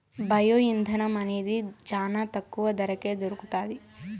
bio ఇంధనం అనేది చానా తక్కువ ధరకే దొరుకుతాది